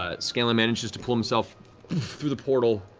ah scanlan manages to pull himself through the portal,